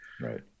Right